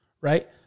right